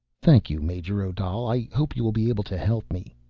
thank you, major odal i hope you will be able to help me,